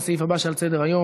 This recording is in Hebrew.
לסעיף הבא שעל סדר-היום,